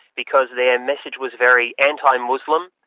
because their message was very anti-muslim,